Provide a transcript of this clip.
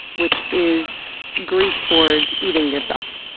which is greek for eating yourself.